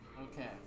Okay